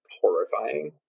horrifying